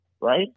right